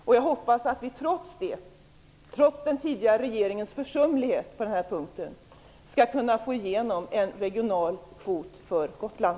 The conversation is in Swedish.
Jag hoppas att vi trots den tidigare regeringens försumlighet på den här punkten skall kunna få igenom en regional kvot för Gotland.